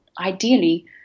ideally